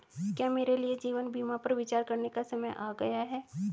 क्या मेरे लिए जीवन बीमा पर विचार करने का समय आ गया है?